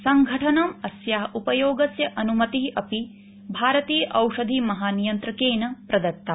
संघठनम् अस्याः उपयोगस्य अनुमति अपि भारतीय औषधि महानियंत्रकेन प्रदत्ता